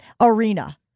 arena